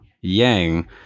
Yang